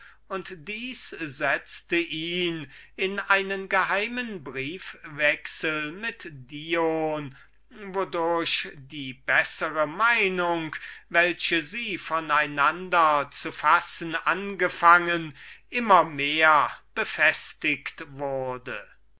und dieses setzte ihn in einen geheimen briefwechsel mit dion wodurch die bessere meinung welche einer von dem andern zu fassen angefangen hatte immer mehr befestiget wurde